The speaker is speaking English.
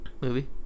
movie